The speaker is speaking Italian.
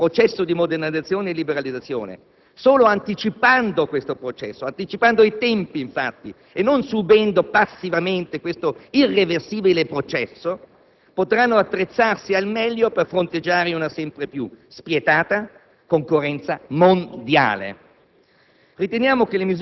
promuovere questo processo di modernizzazione e liberalizzazione. Solo anticipando i tempi di maturazione di questo processo e non subendo passivamente questo irreversibile processo, potranno attrezzarsi al meglio per fronteggiare una sempre più spietata concorrenza mondiale.